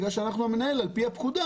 כיוון שאנחנו המנהל על פי הפקודה,